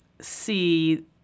see